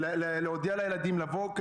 להודיע לילדים לבוא,